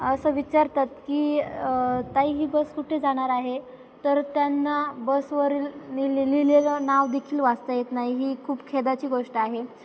असं विचारतात की ताई ही बस कुठे जाणार आहे तर त्यांना बसवरील लि लिहिलेलं नाव देखील वाचता येत नाही ही खूप खेदाची गोष्ट आहे